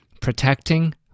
protecting